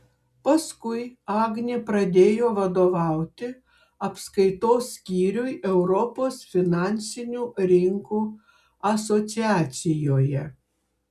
paskui agnė pradėjo vadovauti apskaitos skyriui europos finansinių rinkų asociacijoje